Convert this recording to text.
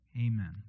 Amen